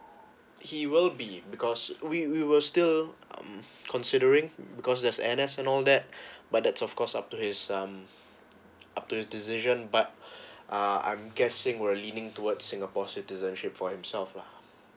he will be because we we will still um considering because there's annex and all that but that's of course up to his um up to his decision but uh I'm guessing will leaning towards singapore citizenship for himself lah